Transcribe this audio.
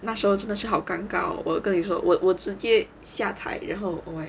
那时候真的是好尴尬我跟你说我我直接下台然后